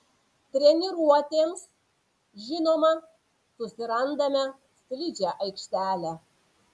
treniruotėms žinoma susirandame slidžią aikštelę